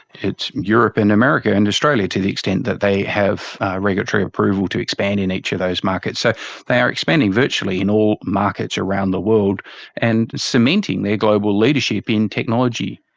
it's europe and america and australia, to the extent that they have regulatory approval to expand in each of those markets. so they are expanding virtually in all markets around the world and cementing their global leadership in technology.